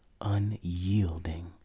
unyielding